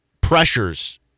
pressures